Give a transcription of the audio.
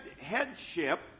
Headship